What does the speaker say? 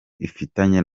ifitanye